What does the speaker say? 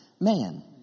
Man